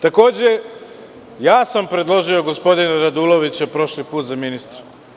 Takođe ja sam predložio gospodina Radulovića prošli put za ministra.